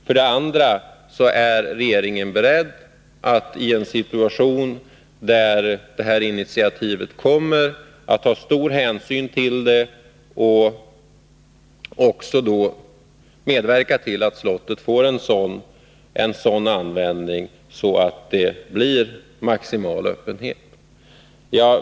För det andra är regeringen beredd att ta stor hänsyn till detta initiativ. Samtidigt är regeringen beredd att medverka till att slottet används på ett sådant sätt att det blir maximal öppenhet.